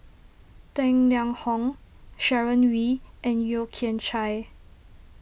Tang Liang Hong Sharon Wee and Yeo Kian Chai